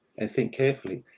and think carefully.